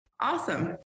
Awesome